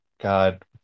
God